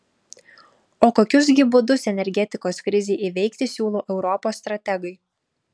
o kokius gi būdus energetikos krizei įveikti siūlo europos strategai